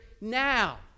now